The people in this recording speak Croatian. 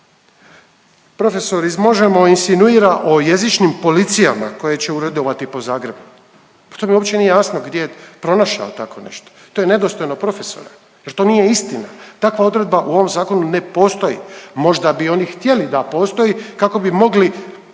Profesor iz Možemo insinuira o jezičnim policijama koje će uredovati po Zagrebu. Pa to mi uopće nije jasno gdje je pronašao tako nešto, to je nedostojno profesora, jer to nije istina. Takva odredba u ovom zakonu ne postoji. Možda bi oni htjeli da postoji kako bi mogli